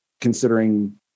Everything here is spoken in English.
considering